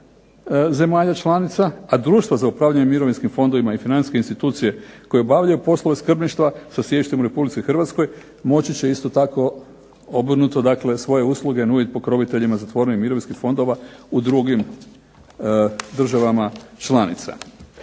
zemalja članica, a društvo za upravljanje mirovinskim fondovima i financijske institucije koje obavljaju poslove skrbništva, sa sjedištem u Republici Hrvatskoj, moći će isto tako obrnuto dakle svoje usluge nuditi pokroviteljima zatvorenih mirovinskih fondova u drugim državama članica.